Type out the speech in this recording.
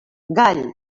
gall